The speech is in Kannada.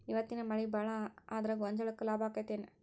ಇವತ್ತಿನ ಮಳಿ ಭಾಳ ಆದರ ಗೊಂಜಾಳಕ್ಕ ಲಾಭ ಆಕ್ಕೆತಿ ಏನ್?